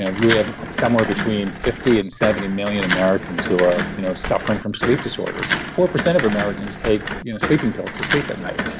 and we have somewhere between fifty and seventy million americans who are you know suffering from sleep disorders. four percent of americans take sleeping pills to sleep at night.